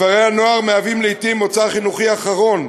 כפרי-הנוער מהווים לעתים מוצא חינוכי אחרון